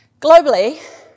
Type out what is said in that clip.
Globally